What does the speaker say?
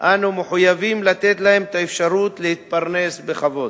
אנו מחויבים לתת להם את האפשרות להתפרנס בכבוד.